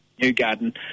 Newgarden